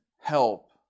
help